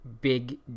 big